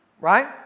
right